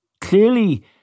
clearly